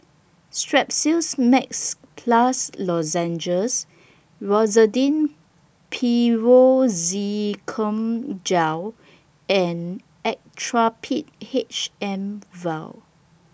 Strepsils Max Plus Lozenges Rosiden Piroxicam Gel and Actrapid H M Vial